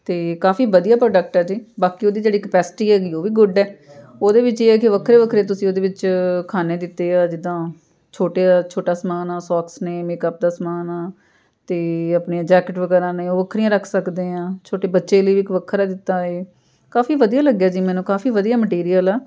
ਅਤੇ ਕਾਫ਼ੀ ਵਧੀਆ ਪ੍ਰੋਡਕਟ ਆ ਜੀ ਬਾਕੀ ਉਹਦੀ ਜਿਹੜੀ ਕਪੈਸਿਟੀ ਹੈਗੀ ਉਹ ਵੀ ਗੁੱਡ ਹੈ ਉਹਦੇ ਵਿੱਚ ਇਹ ਕਿ ਵੱਖਰੇ ਵੱਖਰੇ ਤੁਸੀਂ ਉਹਦੇ ਵਿੱਚ ਖਾਨੇ ਦਿੱਤੇ ਆ ਜਿੱਦਾਂ ਛੋਟੇ ਆ ਛੋਟਾ ਸਮਾਨ ਆ ਸੋਕਸ ਨੇ ਮੇਕਅਪ ਦਾ ਸਮਾਨ ਆਂ ਅਤੇ ਆਪਣੀਆਂ ਜੈਕਟ ਵਗੈਰਾ ਨੇ ਉਹ ਵੱਖਰੀਆਂ ਰੱਖ ਸਕਦੇ ਹਾਂ ਛੋਟੇ ਬੱਚੇ ਲਈ ਵੀ ਇੱਕ ਵੱਖਰਾ ਦਿੱਤਾ ਹੈ ਕਾਫ਼ੀ ਵਧੀਆ ਲੱਗਿਆ ਜੀ ਮੈਨੂੰ ਕਾਫ਼ੀ ਵਧੀਆ ਮਟੀਰੀਅਲ ਆ